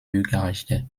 bürgerrechte